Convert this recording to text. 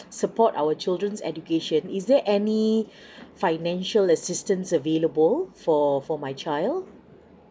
support our children's education is there any financial assistance available for for my child